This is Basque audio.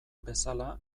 bezala